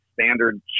standard